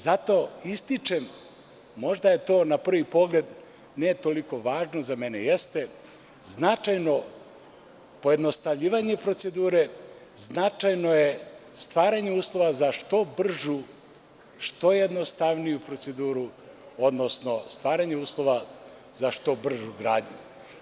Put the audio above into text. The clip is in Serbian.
Zato ističem, možda je to na prvi pogled ne toliko važno, za mene jeste, značajno pojednostavljivanje procedure, značajno je stvaranje uslova za što bržu, što jednostavniju proceduru, odnosno stvaranje uslova za što bržu gradnju.